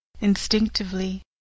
Instinctively